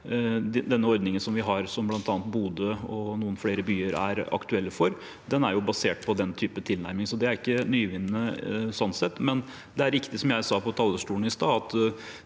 Den ordningen vi har som bl.a. Bodø og noen flere byer er aktuelle for, er basert på den typen tilnærming, så det er ikke nyvinnende sånn sett. Samtidig er det riktig, som jeg sa på talerstolen i stad,